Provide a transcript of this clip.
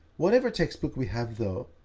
whatever textbook we have, though,